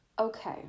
Okay